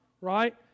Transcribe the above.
right